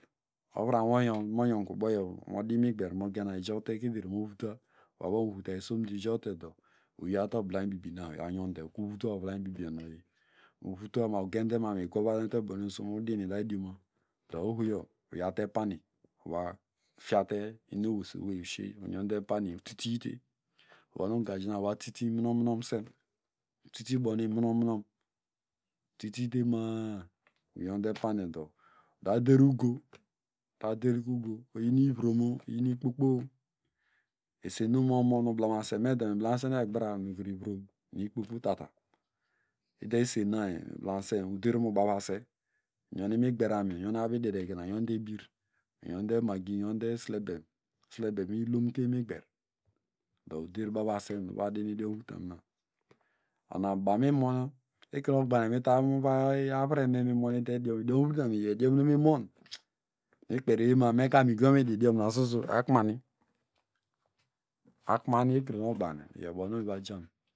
Ovramoyo monyonkwo uboyo modimigber mogena ijowtekeder movuta woabokunumovuta uyawtedo uyawte oblanyubibi uyaw yonde kurumvuta oblanyubibi noyi movuta ma mugend lgwavanhinende bonism udi. damidioma dọ ohoyo uyawte pani va fiate lnowesowey ushien uyonde pani utitite uvonungaji navatiti munomunsem utiti bonu imnomnom utitite ma- a uyonde panido uda derugo udadergo oyinvromo oyin ikpokpo esenumonmon ublemasen mendo miblemansen egbr nivrom nu ikpotata ude isenanyon miblamesen udermubavase uyonde lmigber amin uyonde abidede gina uyonde enie uyonde magi uyonde islebem, islebem ilonde imigber dọ uderbavasen uva din idiomvutam na ona bamu imon ekrenogbakine mitamuvay avreme mi monde idiomvutami, idiomvutam iyo idiomimon, mikperi owey mamu meka migono okunu medidiom so so akmani akmani ekrenogbagne iyobanivo jan.